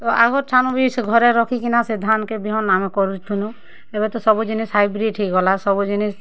ତ ଅଘୋର୍ ଠାନୁ ବି ସେ ଘରେ ରଖିକିନା ସେ ଧାନ୍ କେ ବିହନ୍ ଆମେ କରୁଥୁନୁ ଏବେ ତ ସବୁ ଜିନିଷ୍ ହାଇବ୍ରିଡ୍ ହେଇଗଲା ସବୁ ଜିନିଷ୍